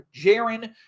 Jaron